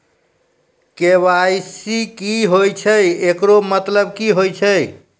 KYC की होय छै, एकरो मतलब की होय छै?